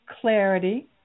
clarity